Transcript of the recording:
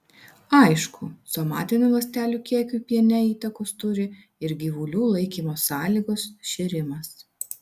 aišku somatinių ląstelių kiekiui piene įtakos turi ir gyvulių laikymo sąlygos šėrimas